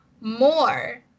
more